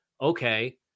okay